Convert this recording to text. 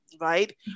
right